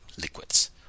liquids